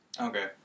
Okay